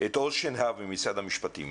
עוז שנהב ממשרד המשפטים,